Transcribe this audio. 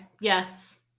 Yes